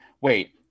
wait